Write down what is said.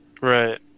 right